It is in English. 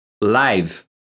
live